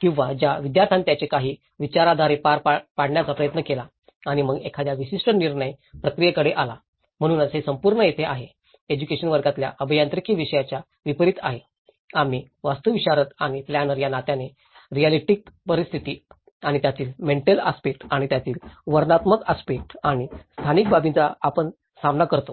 किंवा ज्या विद्यार्थ्याने त्याने काही विचारधारे पार पाडण्याचा प्रयत्न केला आणि मग एखाद्या विशिष्ट निर्णय प्रक्रियेकडे आला म्हणूनच हे संपूर्ण येथे आहे एज्युकेशन वर्गातल्या अभियांत्रिकी विषयाच्या विपरीत आहे आम्ही वास्तुविशारद आणि प्लॅनर या नात्याने रिऍलिटीिक परिस्थिती आणि त्यातील मेंटल आस्पेक्ट आणि त्यातील वर्तनात्मक आस्पेक्ट आणि आर्थिक बाबींचा आपण सामना करतो